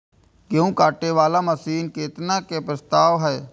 गेहूँ काटे वाला मशीन केतना के प्रस्ताव हय?